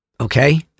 okay